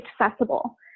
accessible